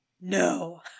No